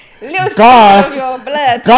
God